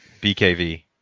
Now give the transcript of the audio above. BKV